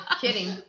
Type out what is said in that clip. kidding